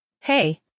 Hey